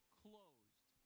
closed